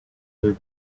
gave